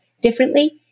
differently